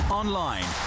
online